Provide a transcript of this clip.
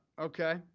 Okay